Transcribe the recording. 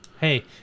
Hey